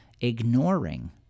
ignoring